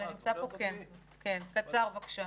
בבקשה.